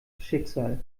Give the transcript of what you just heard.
schicksal